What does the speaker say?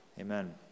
Amen